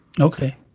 Okay